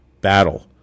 battle